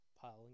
piling